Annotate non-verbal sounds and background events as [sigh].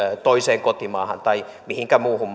toiseen kotimaahan tai mihinkä muuhun [unintelligible]